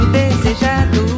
desejado